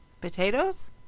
Potatoes